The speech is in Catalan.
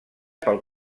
pel